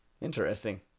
Interesting